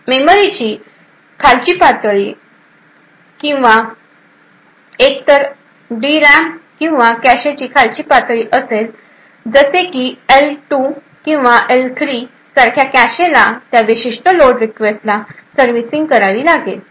मेमरीची खालची पातळी ही किंवा एकतर डी रॅम किंवा कॅशेची खालची पातळी असेल जसे की एल 2 किंवा एल 3 सारख्या कॅशेला त्या विशिष्ट लोड रिक्वेस्टला सर्व्हिसिंग करावे लागेल